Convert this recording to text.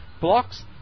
blocks